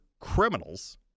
criminals